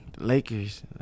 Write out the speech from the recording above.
Lakers